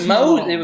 Moses